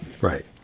right